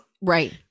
Right